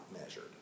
measured